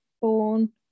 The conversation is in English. born